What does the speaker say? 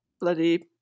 bloody